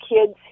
kids